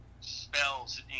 spells